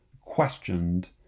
questioned